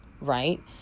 Right